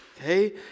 Okay